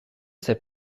sais